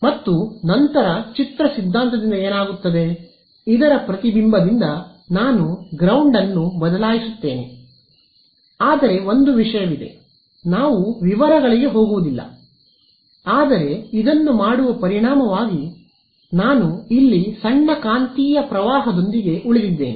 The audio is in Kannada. ಮತ್ತು ನಂತರ ಚಿತ್ರ ಸಿದ್ಧಾಂತದಿಂದ ಏನಾಗುತ್ತದೆ ಇದರ ಪ್ರತಿಬಿಂಬದಿಂದ ನಾನು ಗ್ರೌಂಡ್ ಅನ್ನು ಬದಲಾಯಿಸುತ್ತೇನೆ ಆದರೆ ಒಂದು ವಿಷಯವಿದೆ ನಾವು ವಿವರಗಳಿಗೆ ಹೋಗುವುದಿಲ್ಲ ಆದರೆ ಇದನ್ನು ಮಾಡುವ ಪರಿಣಾಮವಾಗಿ ನಾನು ಇಲ್ಲಿ ಸಣ್ಣ ಕಾಂತೀಯ ಪ್ರವಾಹದೊಂದಿಗೆ ಉಳಿದಿದ್ದೇನೆ